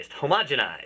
homogenized